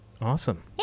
Awesome